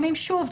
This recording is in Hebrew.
שוב,